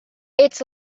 its